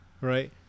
right